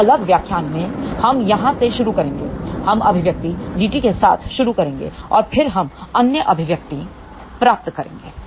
तो अगले व्याख्यान में हम यहां से शुरू करेंगे हम अभिव्यक्ति Gt के साथ शुरू करेंगे और फिर हम अन्य अभिव्यक्ति प्राप्त करेंगे